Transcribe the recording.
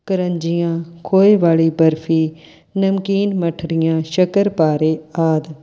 ਕਰੰਜੀਆਂ ਖੋਏ ਵਾਲੀ ਬਰਫੀ ਨਮਕੀਨ ਮਠਰੀਆਂ ਸ਼ਕਰਪਾਰੇ ਆਦਿ